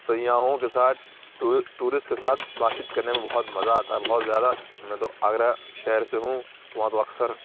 سیاحوں کے ساتھ ٹورسٹ کے ساتھ بات چیت کرنے میں بہت مزا آتا ہے بہت زیادہ میں تو آگرہ شہر سے ہوں تو وہاں تو اکثر